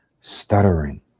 stuttering